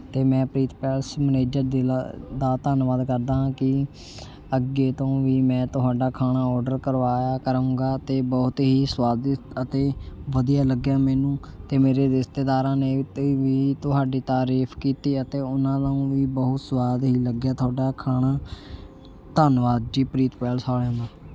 ਅਤੇ ਮੈਂ Preet palace manager ਦਿਲ ਦਾ ਧੰਨਵਾਦ ਕਰਦਾ ਹਾਂ ਕਿ ਅੱਗੇ ਤੋਂ ਵੀ ਮੈਂ ਤੁਹਾਡਾ ਖਾਣਾ ਔਡਰ ਕਰਵਾਇਆ ਕਰੂੰਗਾ ਅਤੇ ਬਹੁਤ ਹੀ ਸਵਾਦਿਸ ਅਤੇ ਵਧੀਆ ਲੱਗਿਆ ਮੈਨੂੰ ਅਤੇ ਮੇਰੇ ਰਿਸ਼ਤੇਦਾਰਾਂ ਨੇ ਤੇ ਵੀ ਤੁਹਾਡੀ ਤਾਰੀਫ਼ ਕੀਤੀ ਅਤੇ ਉਹਨਾਂ ਨੂੰ ਵੀ ਬਹੁਤ ਸਵਾਦ ਹੀ ਲੱਗਿਆ ਤੁਹਾਡਾ ਖਾਣਾ ਧੰਨਵਾਦ ਜੀ ਪ੍ਰੀਤ ਪੈਲਸ ਵਾਲ਼ਿਆਂ ਦਾ